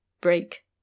break